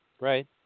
Right